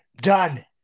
done